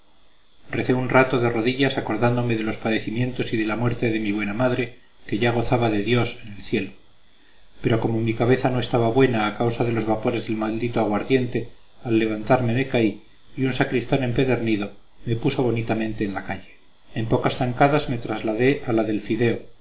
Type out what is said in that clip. recé un rato de rodillas acordándome de los padecimientos y de la muerte de mi buena madre que ya gozaba de dios en el cielo pero como mi cabeza no estaba buena a causa de los vapores del maldito aguardiente al levantarme me caí y un sacristán empedernido me puso bonitamente en la calle en pocas zancadas me trasladé a la del fideo